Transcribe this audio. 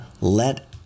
let